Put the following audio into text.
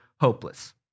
hopeless